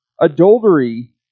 adultery